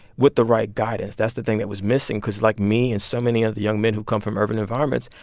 with the right guidance. that's the thing that was missing because like me and so many of the young men who come from urban environments,